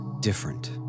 different